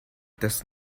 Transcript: does